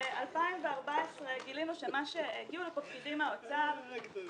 ב-2014 הגיעו לכאן פקידים ממשרד האוצר.